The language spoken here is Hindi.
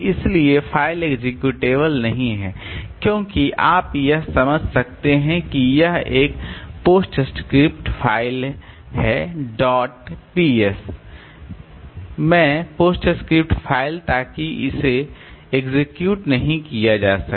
इसलिए फ़ाइल एक्सेक्यूटेबल नहीं है क्योंकि आप यह समझ सकते हैं कि यह एक पोस्टस्क्रिप्ट फ़ाइल है डॉट पीएस में पोस्टस्क्रिप्ट फ़ाइल ताकि इसे एक्सेक्यूट नहीं किया जा सके